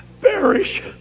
perish